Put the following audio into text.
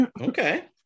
Okay